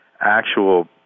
Actual